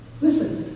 Listen